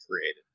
created